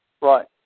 Right